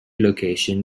location